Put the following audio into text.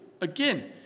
Again